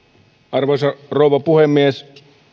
arvoisa rouva puhemies